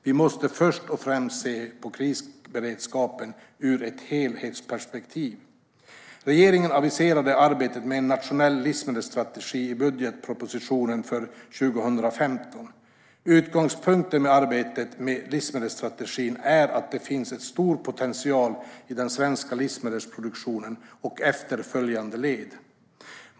Vi måste först och främst se på krisberedskapen ur ett helhetsperspektiv. Regeringen aviserade arbetet med en nationell livsmedelsstrategi i budgetpropositionen för 2015. Utgångspunkten för arbetet med livsmedelsstrategin är att det finns stor potential i den svenska livsmedelsproduktionen och efterföljande led.